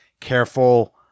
careful